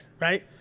Right